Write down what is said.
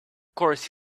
course